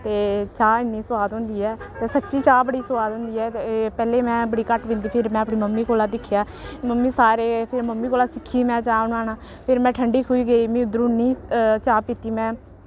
ते चाह् इन्नी सोआद होंदी ऐ ते सच्ची चाह् बड़ी सोआद होंदी ऐ ते पैह्लें में बड़ी घट्ट पींदी ही फिर में अपनी मम्मी कोला दिक्खेआ मम्मी सारे फिर मम्मी कोला सिक्खी में चाह् बनाना फिर में ठंडी खूही गेई मी उद्धर उ'न्नी चाह् पीती में